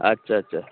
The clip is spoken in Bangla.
আচ্ছা আচ্ছা